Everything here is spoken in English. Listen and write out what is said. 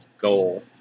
goal